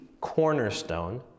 cornerstone